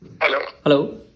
Hello